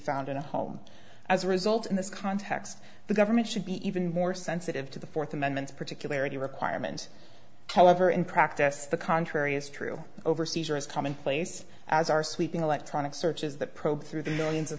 found in a home as a result in this context the government should be even more sensitive to the fourth amendment particularly requirement however in practice the contrary is true overseas or is commonplace as are sweeping electronic searches that probe through the millions of